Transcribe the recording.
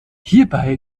hierbei